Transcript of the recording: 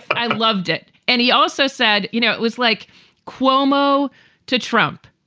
i loved it. and he also said, you know, it was like cuomo to trump.